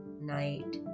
night